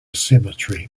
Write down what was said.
cemetery